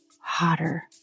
hotter